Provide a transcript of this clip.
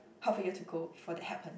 half a year to go before that happen